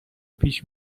پیش